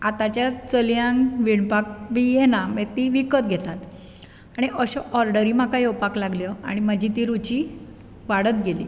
आतांच्या चलयांक विणपाक बी येना मागीर ती विकत घेतात आनी अशो ऑर्डरी म्हाका येवपाक लागल्यो आनी म्हाजी ती रुची वाडत गेली